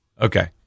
Okay